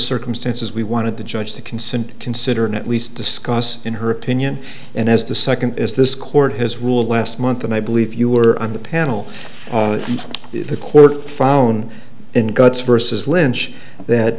circumstances we wanted the judge to consent consider in at least discuss in her opinion and as the second is this court has ruled last month and i believe you were on the panel if the court found in guts versus lynch that